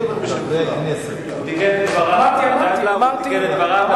הוא תיקן את דבריו,